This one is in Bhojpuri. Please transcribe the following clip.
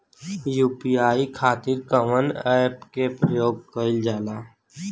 यू.पी.आई खातीर कवन ऐपके प्रयोग कइलजाला?